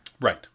Right